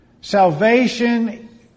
Salvation